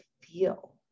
feel